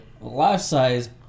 life-size